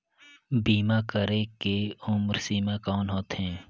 बीमा करे के उम्र सीमा कौन होथे?